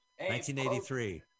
1983